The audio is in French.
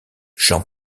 jean